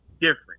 different